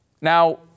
Now